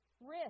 risk